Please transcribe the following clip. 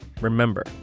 Remember